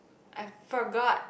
I forgot